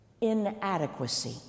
inadequacy